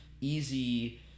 easy